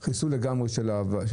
זה חיסול כליל של התיקים.